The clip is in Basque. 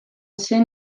zen